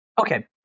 Okay